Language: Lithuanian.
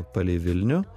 palei vilnių